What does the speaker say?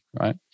right